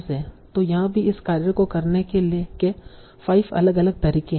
तो यहाँ भी इस कार्य को करने के 5 अलग अलग तरीके हैं